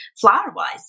flower-wise